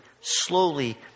slowly